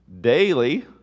daily